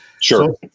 Sure